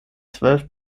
zwölf